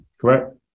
correct